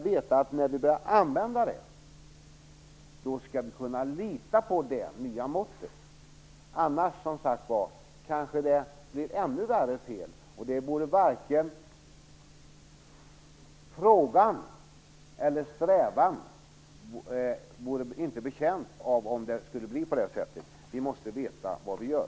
Vi måste nämligen veta att vi kan lita på det nya måttet när vi börjar använda det. Annars kanske det, som sagt var, bli fråga om ännu värre fel, och ingen vore betjänt av om det blev på det sättet. Vi måste veta vad vi gör.